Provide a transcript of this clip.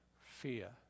fear